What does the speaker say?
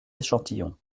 échantillons